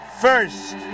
first